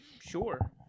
Sure